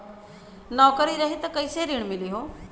नौकरी रही त कैसे ऋण मिली?